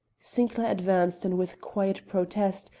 sinclair advanced and with quiet protest,